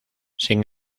sin